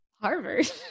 Harvard